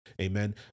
amen